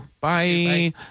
Bye